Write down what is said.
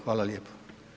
Hvala lijepa.